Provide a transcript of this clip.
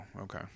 okay